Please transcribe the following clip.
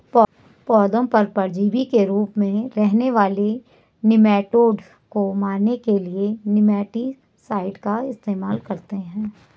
पौधों पर परजीवी के रूप में रहने वाले निमैटोड को मारने के लिए निमैटीसाइड का इस्तेमाल करते हैं